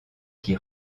qui